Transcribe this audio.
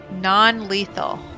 non-lethal